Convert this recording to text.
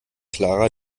clara